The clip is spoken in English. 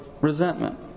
resentment